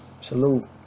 salute